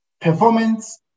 performance